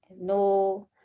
no